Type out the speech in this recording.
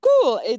cool